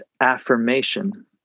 affirmation